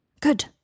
good